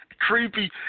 Creepy